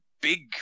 big